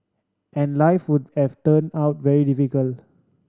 and life would have turn out very difficult